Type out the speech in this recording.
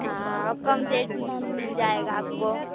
हाँ और कम रेट में मिल जाएगा आपको